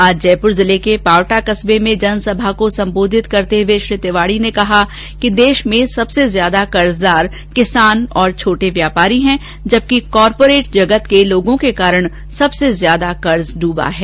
आज जयपुर जिले के पावटा कस्बे में जनसभा को सम्बोधित करते हुए श्री तिवाड़ी ने कहा कि देश में सबसे ज्यादा कर्जदार किसान और छोटे व्यापारी है जबकि काँरपोरेट जगत के लोगों के कारण सबसे ज्यादा कर्ज डबा है